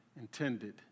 intended